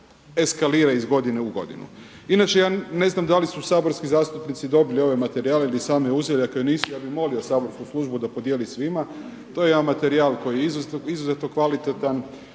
eskalira iz godine u godinu. Inače ja ne znam da li su saborski zastupnici dobili ove materijale ili sami uzeli, ako nisu ja bih molio saborsku službu da podijeli svima. To je jedan materijal koji je izuzetno kvalitetan,